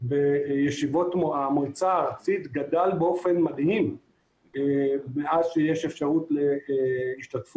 בישיבות המועצה הארצית גדל באופן מדהים מאז שיש אפשרות להשתתפות